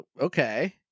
Okay